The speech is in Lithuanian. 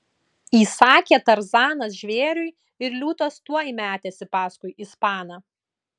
įsakė tarzanas žvėriui ir liūtas tuoj metėsi paskui ispaną